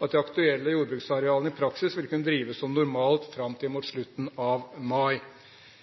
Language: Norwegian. at de aktuelle jordbruksarealene i praksis vil kunne drives som normalt, fram til mot slutten av mai.